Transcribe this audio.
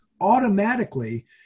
automatically